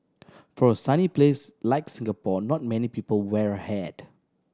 for a sunny place like Singapore not many people wear a hat